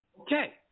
Okay